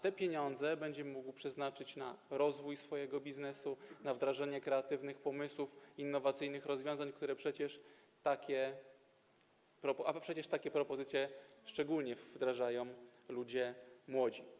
Te pieniądze będzie mógł przeznaczyć na rozwój swojego biznesu, na wdrażanie kreatywnych pomysłów, innowacyjnych rozwiązań, a przecież takie propozycje szczególnie wdrażają ludzie młodzi.